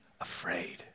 afraid